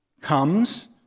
comes